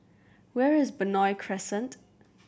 where is Benoi Crescent